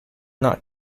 not